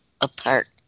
apart